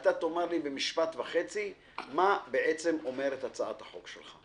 אנא אמור לי בשני משפטים מה בעצם אומרת הצעת החוק שלך.